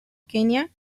kenia